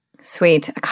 Sweet